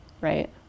right